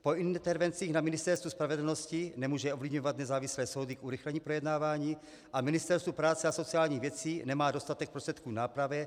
Po intervencích na Ministerstvu spravedlnosti nemůže ovlivňovat nezávislé soudy k urychlení projednávání a Ministerstvo práce a sociálních věcí nemá dostatek prostředků k nápravě.